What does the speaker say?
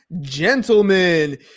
gentlemen